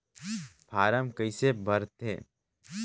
Form कइसे भरते?